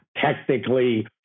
technically